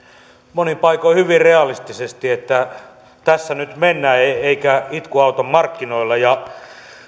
monin paikoin hyvin realistisesti tässä nyt mennään eikä itku auta markkinoilla